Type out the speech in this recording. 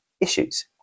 issues